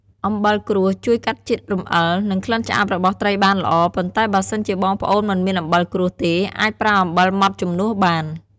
អំបិលក្រួសជួយកាត់ជាតិរំអិល និង ក្លិនឆ្អាបរបស់ត្រីបានល្អ ប៉ុន្តែបើសិនជាបងប្អូនមិនមានអំបិលក្រួសទេ អាចប្រើអំបិលម៉ដ្ដជំនួសបាន។